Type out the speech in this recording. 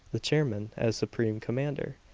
the chairman, as supreme commander.